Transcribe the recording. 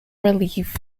relief